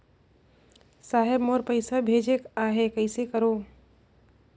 साहेब मोर पइसा भेजेक आहे, कइसे करो?